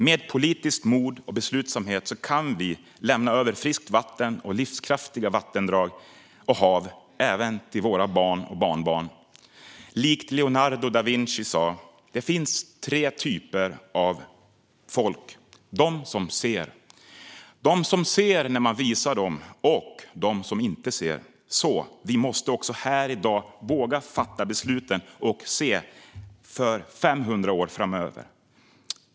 Med politiskt mod och beslutsamhet kan vi lämna över friskt vatten och livskraftiga vattendrag och hav även till våra barn och barnbarn. Likt Leonardo da Vinci sa att det finns tre typer av folk, de som ser, de som ser när man visar dem och de som inte ser, så måste också vi här i dag våga fatta besluten och se för 500 år framöver.